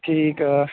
ਠੀਕ ਆ